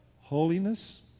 Holiness